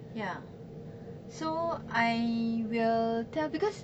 ya so I will tell because